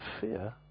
fear